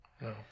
no